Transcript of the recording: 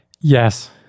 Yes